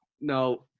No